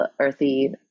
earthy